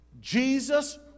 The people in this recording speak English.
Jesus